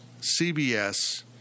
CBS